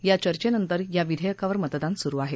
या चर्चेनंतर या विधेयकावर मतदान सुरु आहे